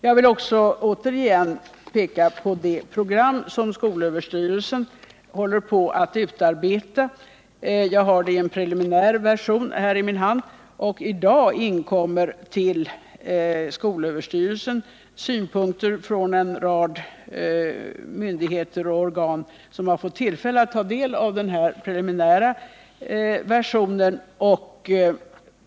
Jag vill också återigen peka på det program som skolöverstyrelsen håller på att utarbeta. Jag har i min hand en preliminär version av programmet. I dag inkommer till skolöverstyrelsen synpunkter från en rad myndigheter och organ som har fått tillfälle att ta del av den preliminära versionen.